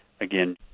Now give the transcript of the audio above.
again